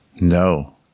No